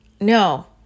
No